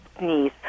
knees